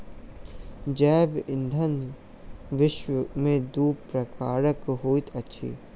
जैव ईंधन विश्व में दू प्रकारक होइत अछि